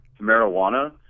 marijuana